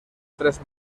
tres